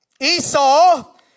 Esau